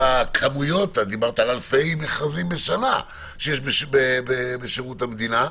דיברת על אלפי מכרזים שיש בשנה בשירות המדינה,